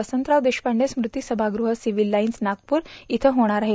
वसंतराव देशपाडे स्मूती समागृह Civil Lines Nagpur इथं होणार आहे